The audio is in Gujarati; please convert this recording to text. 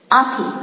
આથી